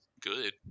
good